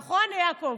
נכון, יעקב?